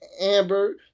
Amber